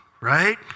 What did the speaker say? right